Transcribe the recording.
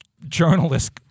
journalist